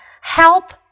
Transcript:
help